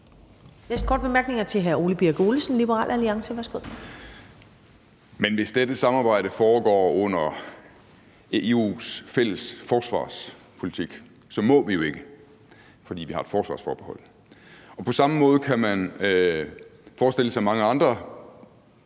Næste korte bemærkning er til hr. Ole Birk Olesen, Liberal Alliance. Værsgo. Kl. 12:43 Ole Birk Olesen (LA): Men hvis dette samarbejde foregår under EU's fælles forsvarspolitik, må vi jo ikke, fordi vi har et forsvarsforbehold. På samme måde kan man forestille sig mange andre